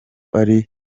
ari